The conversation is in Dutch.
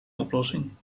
oplossing